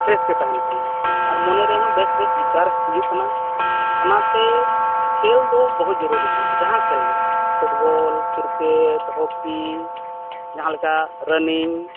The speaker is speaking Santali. ᱯᱷᱨᱮᱥ ᱜᱮ ᱛᱟᱦᱮᱱ ᱠᱟᱱᱟ ᱟᱨ ᱢᱚᱱᱮ ᱨᱮᱦᱚᱸ ᱵᱮᱥ ᱵᱮᱥ ᱵᱤᱪᱟᱨ ᱦᱤᱡᱩᱜ ᱠᱟᱱᱟ ᱚᱱᱟᱛᱮ ᱠᱷᱮᱞᱫᱚ ᱵᱚᱦᱩᱛ ᱡᱚᱨᱩᱨᱤ ᱠᱟᱱᱟ ᱡᱟᱦᱟᱸ ᱠᱷᱮᱞᱜᱮ ᱯᱷᱩᱴᱵᱚᱞ ᱠᱨᱤᱠᱮᱴ ᱦᱚᱠᱤ ᱡᱟᱦᱟᱸᱞᱮᱠᱟ ᱨᱟᱱᱤᱝ